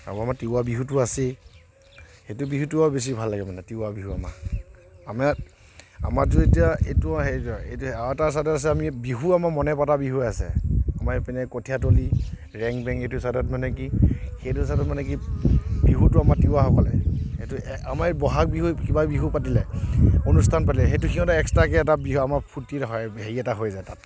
আকৌ আমাৰ তিৱা বিহুটো আছেই সেইটো বিহুটো আৰু বেছি ভাল লাগে মানে তিৱা বিহু আমাৰ আমাৰ আমাৰটো এতিয়া এইটো আৰু এটা আছে সেইটো হৈছে আমি বিহু আমাৰ মনে পতা বিহু আছে মানে সেইপিনে কঠিয়াতলী ৰেং বেং সেইটো চাইডত মানে কি সেইটো চাইডত মানে কি বিহুটো আমাৰ তিৱা সকলে সেইটো আমাৰ এই বহাগ বিহু কিবা বিহু পাতিলে অনুষ্ঠান পাতিলে সেইটো সিহঁতে এক্সট্ৰাকে এটা আমাৰ ফূৰ্তি হয় হেৰি এটা হৈ যায় তাত